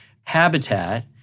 habitat